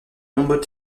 nombreux